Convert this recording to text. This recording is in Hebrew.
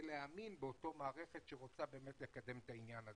להאמין באותה מערכת שרוצה באמת לקדם את העניין הזה.